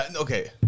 Okay